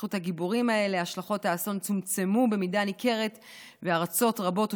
בזכות הגיבורים האלה השלכות האסון צומצמו במידה ניכרת וארצות רבות,